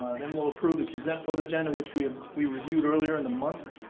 then we'll approve the consent vote agenda, which we ah we reviewed earlier in the month.